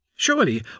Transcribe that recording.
Surely